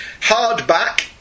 Hardback